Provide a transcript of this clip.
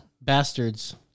bastards